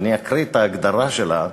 ואני אקריא את ההגדרה שלה,